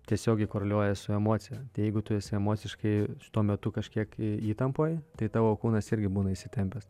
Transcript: tiesiogiai koreliuoja su emocija tai jeigu tu esi emociškai tuo metu kažkiek įtampoj tai tavo kūnas irgi būna įsitempęs